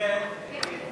ההצעה להסיר